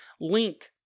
link